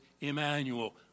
Emmanuel